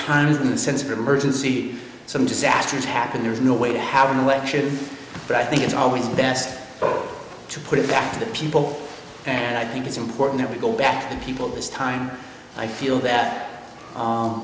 times in the sense of emergency some disasters happen there's no way to have an election but i think it's always best to put it back to the people and i think it's important that we go back to the people at this time i feel that